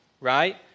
right